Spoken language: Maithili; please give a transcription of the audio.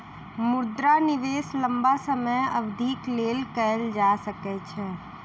मुद्रा निवेश लम्बा समय अवधिक लेल कएल जा सकै छै